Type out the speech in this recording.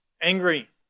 angry